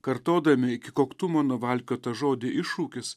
kartodami iki koktumo nuvalkiotą žodį iššūkis